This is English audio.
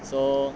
so